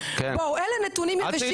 בוא אלה נתונים יבשים,